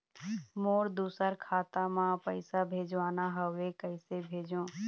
मोर दुसर खाता मा पैसा भेजवाना हवे, कइसे भेजों?